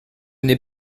n’est